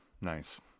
Nice